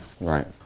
Right